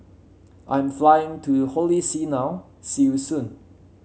I'm flying to Holy See now see you soon